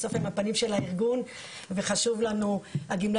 בסוף הם הפנים של הארגון והם חשובים לנו מאוד.